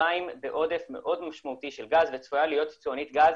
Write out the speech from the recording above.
מצרים בעודף מאוד משמעותי של גז וצפויה להיות יצואנית גז